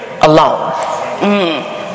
alone